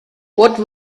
what